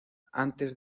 antes